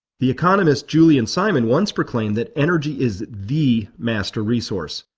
the economist julian simon once proclaimed that energy is the master resource,